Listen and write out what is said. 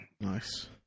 nice